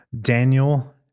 Daniel